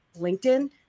LinkedIn